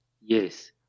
Yes